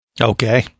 Okay